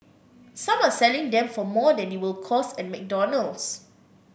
some are selling them for more than they will cost at McDonald's